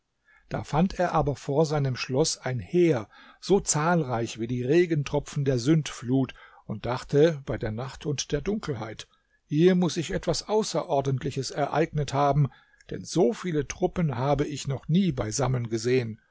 da fand er aber vor seinem schloß ein heer so zahlreich wie die regentropfen der sündflut und dachte bei der nacht und der dunkelheit hier muß sich etwas außerordentliches ereignet haben denn so viele truppen habe ich noch nie beisammen gesehen